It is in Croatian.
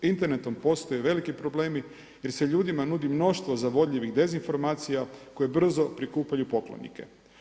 Internetom postoje veliki problemi jer se ljudima nudi mnoštvo zavodljivih dezinformacija koje brzo prikupljaju poklonike.